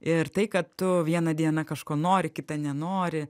ir tai kad tu vieną dieną kažko nori kitą nenori